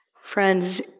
Friends